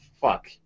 fuck